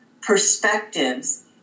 perspectives